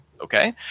okay